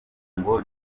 ngo